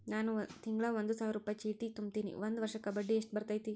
ನಾನು ತಿಂಗಳಾ ಒಂದು ಸಾವಿರ ರೂಪಾಯಿ ಚೇಟಿ ತುಂಬತೇನಿ ಒಂದ್ ವರ್ಷಕ್ ಎಷ್ಟ ಬಡ್ಡಿ ಬರತೈತಿ?